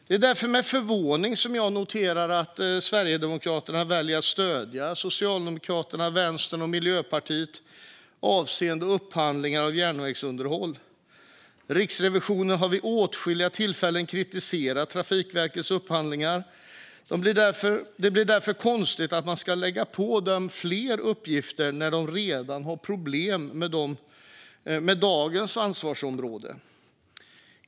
Det är därför som jag med förvåning noterar att Sverigedemokraterna väljer att stödja Socialdemokraterna, Vänstern och Miljöpartiet avseende upphandling av järnvägsunderhåll. Riksrevisionen har vid åtskilliga tillfällen kritiserat Trafikverkets upphandlingar. Det blir därför konstigt att man ska lägga på dem fler uppgifter när de redan har problem med dagens ansvarsområde.